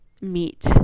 meet